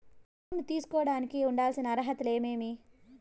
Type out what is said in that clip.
లోను తీసుకోడానికి ఉండాల్సిన అర్హతలు ఏమేమి?